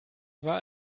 war